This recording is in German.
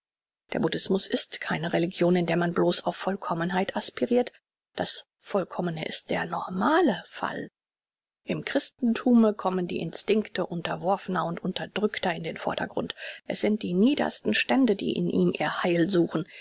der buddhismus ist keine religion in der man bloß auf vollkommenheit aspirirt das vollkommne ist der normale fall im christenthume kommen die instinkte unterworfner und unterdrückter in den vordergrund es sind die niedersten stände die in ihm ihr heil suchen